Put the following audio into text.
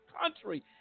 country